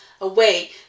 away